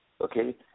okay